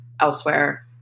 elsewhere